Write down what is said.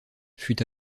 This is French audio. fut